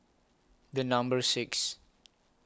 The Number six